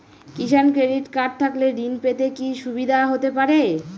কিষান credit card থাকলে ঋণ পেতে কি কি সুবিধা হতে পারে?